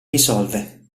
risolve